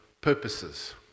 purposes